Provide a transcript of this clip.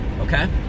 Okay